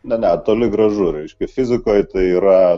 ne ne toli gražu reiškia fizikoj tai yra